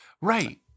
Right